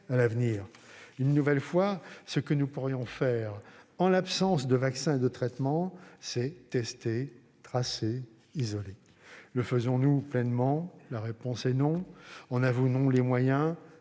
à l'avenir. Je le répète : ce que nous pourrions faire, en l'absence de vaccins et de traitement, c'est tester, tracer, isoler. Le faisons-nous pleinement ? La réponse est « non ». En avons-nous les moyens ?